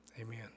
Amen